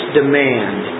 demand